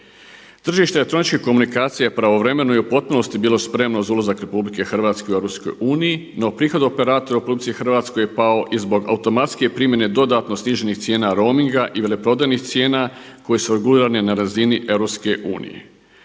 Tržište elektroničkih komunikacija je pravovremeno i u potpunosti bilo spremno za ulazak Republike Hrvatske u EU no prihod operatora u RH je pao i zbog automatske primjene dodatno sniženih cijena roominga i veleprodajnih cijena koje su regulirane na razini EU.